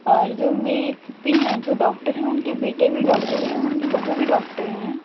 اور جو میری ایک پھوپھی ہیں جو ڈاکٹر ہیں ان کے بیٹے بھی ڈاکٹر ہیں ان کی بہو بھی ڈاکٹر ہیں